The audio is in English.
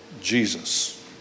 Jesus